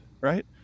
right